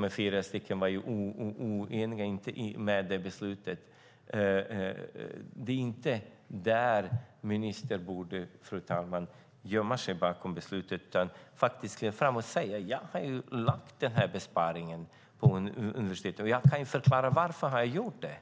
Men fyra var oeniga där, och ministern borde inte, fru talman, gömma sig bakom det beslutet utan faktiskt gå fram och säga: Jag har lagt fram den här besparingen på universitetet och kan förklara varför jag har gjort det.